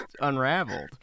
unraveled